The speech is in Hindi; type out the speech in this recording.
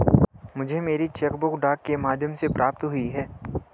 मुझे मेरी चेक बुक डाक के माध्यम से प्राप्त हुई है